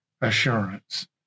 assurance